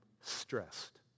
stressed